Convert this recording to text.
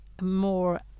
more